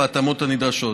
בהתאמות הנדרשות.